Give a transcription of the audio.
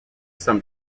some